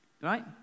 right